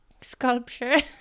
sculpture